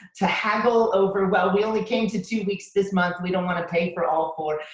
to haggle over well we only came to two weeks this month, we don't wanna pay for all four.